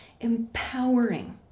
empowering